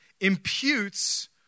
imputes